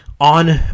on